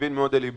מבין מאוד לליבו,